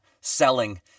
selling